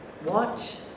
Watch